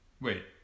Wait